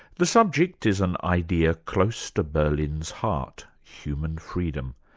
the subject is an idea close to berlin's heart human freedom.